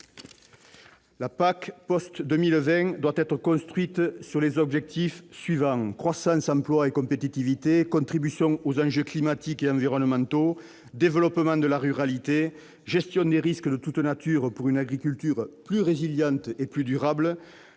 La PAC des années 2020 doit être construite sur les objectifs suivants : la garantie de la croissance, de l'emploi et de la compétitivité, la contribution aux enjeux climatiques et environnementaux, le développement de la ruralité, la gestion des risques de toute nature pour une agriculture plus résiliente et plus durable,